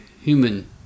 human